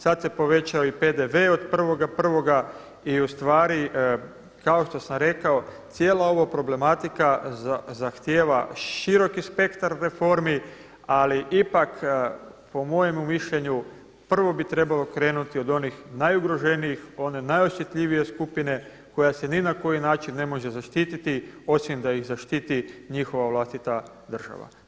Sada se povećao i PDV od 1.1. i ustvari kao što sam rekao cijela ova problematika zahtjeva široki spektar reformi ali ipak po mojem mišljenju prvo bi trebalo krenuti od onih najugroženijih, one najosjetljivije skupine koja se ni na koji način ne može zaštiti osim da ih zaštiti njihova vlastita država.